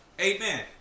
Amen